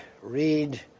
read